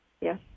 Yes